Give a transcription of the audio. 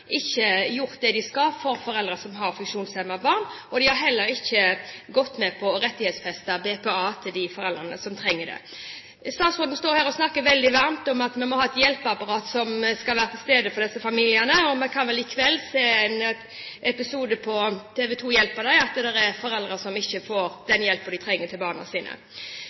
ikke gjort det de skal for foreldre som har funksjonshemmede barn. De har heller ikke gått med på å rettighetsfeste BPA til de foreldrene som trenger det. Statsråden står her og snakker veldig varmt om at vi må ha et hjelpeapparat som skal være til stede for disse familiene, og vi kan i kveld se i et innslag på TV 2 hjelper deg at det er foreldre som ikke får den hjelpen de trenger til barna sine.